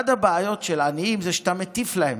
אחת הבעיות של העניים זה שאתה מטיף להם,